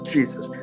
Jesus